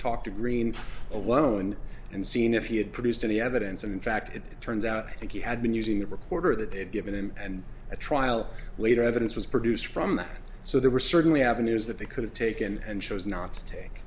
talk to green alone and seen if he had produced any evidence and in fact it turns out that he had been using the reporter that they had given him and a trial later evidence was produced from that so there were certainly avenues that they could have taken and chose not to take